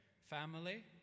Family